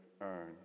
earn